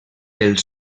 els